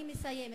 אני מסיימת.